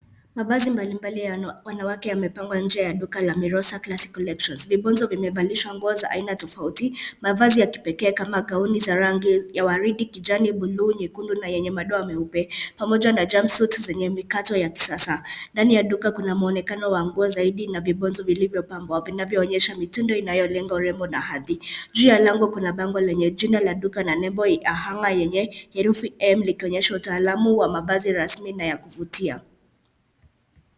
Mavazi mbalimbali ya wanawake yamepangwa nje duka ya Mirosa Classy Collections . Vibonzo vimepangishwa nguo za aina tofauti, mavazi ya kipekee kama gauni za rangi ya waridi, kijani, buluu, nyekundu na yenye madoa meupe pamoja na jumpsuits zenye mikato ya kisasa. Ndani ya duka kuna mwonekano wa nguo zaidi na vibonzo vilivyopangwa vinavyoonyesha mtindo inayolenga urembo na hadhi. Juu ya lango kuna bango lenye jina la duka na lebo ya hanga lenye herufi m likionyesha utaalamu wenye mavazi rasmi na ya kuvutia.